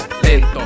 lento